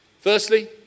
Firstly